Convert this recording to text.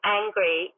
angry